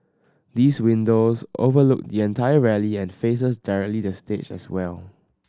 these windows overlook the entire rally and faces directly the stage as well